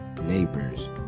neighbors